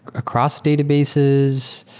across databases,